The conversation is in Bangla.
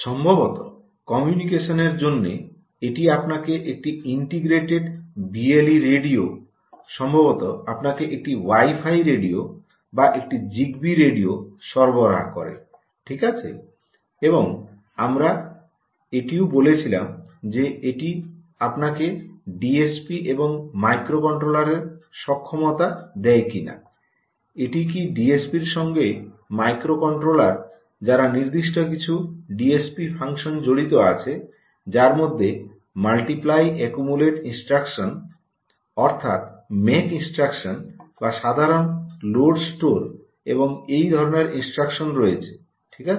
সম্ভবত কমিউনিকেশনের জন্য এটি আপনাকে একটি ইন্টিগ্রেটেড বিএলই রেডিও সম্ভবত আপনাকে একটি ওয়াই ফাই রেডিও বা একটি জিগবি রেডিও সরবরাহ করে ঠিক আছে এবং আমরা এটিও বলেছিলাম যে এটি আপনাকে ডিএসপি এবং মাইক্রোকন্ট্রোলারের সক্ষমতা দেয় কিনা এটি কি ডিএসপির সঙ্গে মাইক্রোকন্ট্রোলার যার নির্দিষ্ট কিছু ডিএসপি ফাংশন জড়িত আছে যার মধ্যে মাল্টিপ্লাই একুমুলেট ইনস্ট্রাকশন অর্থাৎ ম্যাকের ইনস্ট্রাকশনস বা সাধারণ লোড স্টোর এবং এই ধরণের ইনস্ট্রাকশনস রয়েছে ঠিক আছে